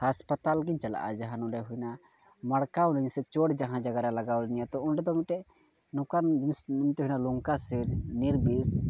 hospital ᱜᱮᱧ ᱪᱟᱞᱟᱜᱼᱟ ᱡᱟᱦᱟᱸ ᱱᱚᱰᱮ ᱦᱩᱭᱱᱟ ᱢᱟᱲᱠᱟᱣ ᱱᱟᱹᱧ ᱥᱮ ᱪᱳᱴ ᱡᱟᱦᱟᱸ ᱡᱟᱭᱜᱟ ᱨᱮ ᱞᱟᱜᱟᱣ ᱠᱟᱣᱫᱤᱧᱟ ᱛᱚ ᱚᱸᱰᱮ ᱫᱚ ᱢᱤᱫᱴᱮᱡ ᱱᱚᱝᱠᱟᱱ ᱡᱤᱱᱤᱥ ᱛᱟᱦᱮᱱᱟ ᱚᱠᱟ ᱥᱤᱨ ᱱᱤᱨᱵᱤᱥ